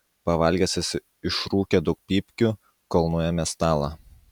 pavalgęs jis išrūkė daug pypkių kol nuėmė stalą